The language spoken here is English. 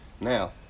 Now